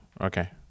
Okay